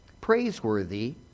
Praiseworthy